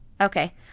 Okay